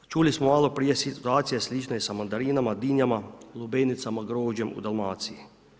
A čuli smo malo prije situacija je slična i sa mandarinama, dinjama, lubenicama, grožđem u Dalmaciji.